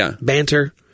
banter